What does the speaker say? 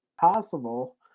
possible